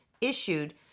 issued